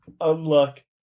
unlock